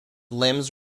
limbs